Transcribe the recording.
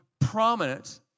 prominent